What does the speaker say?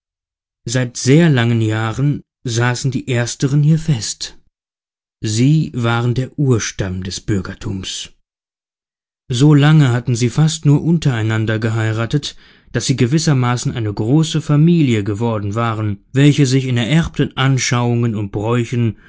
seit sehr langen jahren saßen die ersteren hier fest sie waren der urstamm des bürgertums so lange hatten sie fast nur untereinander geheiratet daß sie gewissermaßen eine große familie geworden waren welche sich in ererbten anschauungen und bräuchen